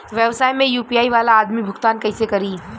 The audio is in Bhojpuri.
व्यवसाय में यू.पी.आई वाला आदमी भुगतान कइसे करीं?